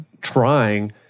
trying